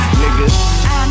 nigga